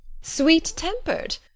sweet-tempered